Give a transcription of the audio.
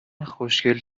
خوشگل